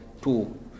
two